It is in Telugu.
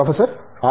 professor R